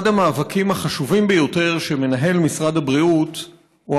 אחד המאבקים החשובים ביותר שמנהל משרד הבריאות הוא